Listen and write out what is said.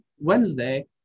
Wednesday